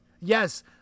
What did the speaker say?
Yes